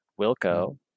Wilco